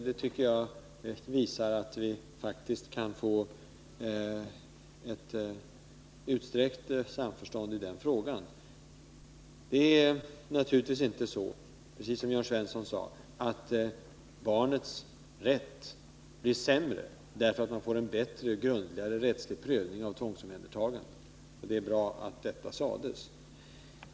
Det visar att vi faktiskt kan få ett utsträckt samförstånd i den frågan. Det är naturligtvis inte så, precis som Jörn Svensson sade, att barnets rätt blir sämre därför att man får en bättre och grundligare rättslig prövning av tvångsomhändertagandet. Det var bra att det sades.